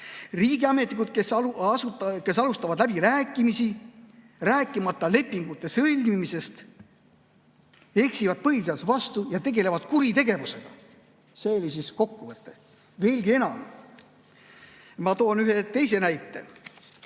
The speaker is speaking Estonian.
Riigiametnikud, kes alustavad läbirääkimisi, rääkimata lepingute sõlmimisest, eksivad põhiseaduse vastu ja tegelevad kuritegevusega. See oli siis kokkuvõte. Veelgi enam. Ma toon ühe teise näite.